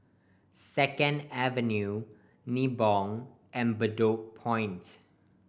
Second Avenue Nibong and Bedok Point